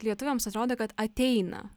lietuviams atrodo kad ateina